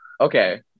Okay